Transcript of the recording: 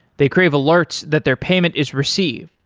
they crave alerts that their payment is received.